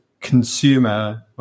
consumer